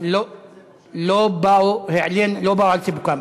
לא באו על סיפוקן.